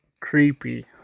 creepy